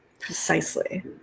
precisely